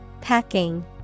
Packing